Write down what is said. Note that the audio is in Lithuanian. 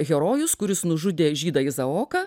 herojus kuris nužudė žydą izaoką